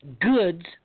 goods